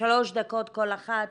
שלוש דקות כל אחת,